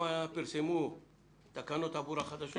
שם פרסמו תקנות תעבורה חדשות.